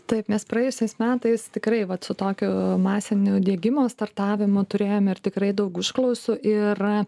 taip mes praėjusiais metais tikrai vat su tokiu masiniu diegimo startavimu turėjome ir tikrai daug užklausų ir